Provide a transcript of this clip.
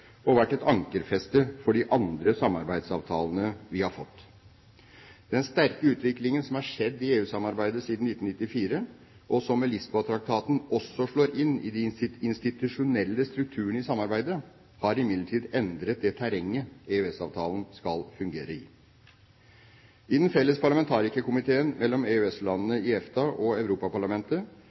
og vært et ankerfeste for de andre samarbeidsavtalene vi har fått. Den sterke utviklingen som er skjedd i EU-samarbeidet siden 1994, og som med Lisboa-traktaten også slår inn i de institusjonelle strukturene i samarbeidet, har imidlertid endret det terrenget EØS-avtalen skal fungere i. I den felles parlamentarikerkomiteen mellom EØS-landene i EFTA og Europaparlamentet